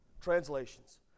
Translations